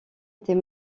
était